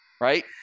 right